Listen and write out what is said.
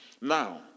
Now